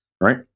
right